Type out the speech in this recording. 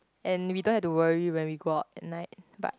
and we don't have to worry when we go out at night but